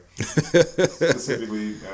Specifically